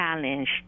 challenged